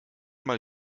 mal